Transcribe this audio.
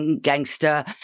gangster